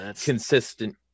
consistent